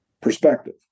perspective